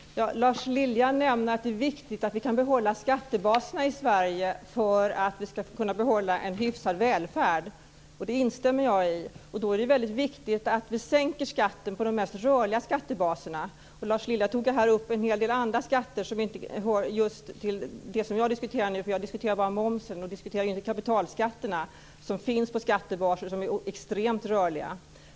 Herr talman! Lars Lilja nämner att det är viktigt att vi kan behålla skattebaserna i Sverige för att kunna behålla en hyfsad välfärd. Det instämmer jag i. Då är det väldigt viktigt att vi sänker skatten på de mest rörliga skattebaserna. Lars Lilja tog här upp en del andra skatter som inte hör till just det som jag diskuterar just nu. Jag diskuterar bara momsen, inte de kapitalskatter som finns på skattebaser som är extremt rörliga.